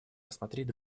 рассмотреть